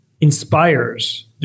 inspires